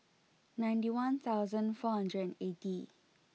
ninety one thousand four hundred and eighty